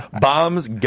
bombs